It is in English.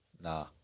Nah